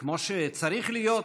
וכמו שצריך להיות,